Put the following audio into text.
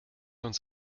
uns